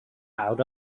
out